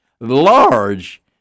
large